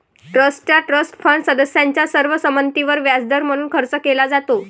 ट्रस्टचा trust fund सदस्यांच्या सर्व संमतीवर व्याजदर म्हणून खर्च केला जातो